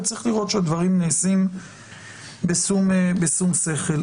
וצריך לראות שהדברים נעשים בשום שכל.